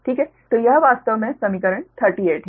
तो यह वास्तव में समीकरण 38 है